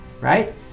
right